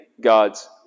God's